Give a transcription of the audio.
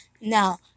Now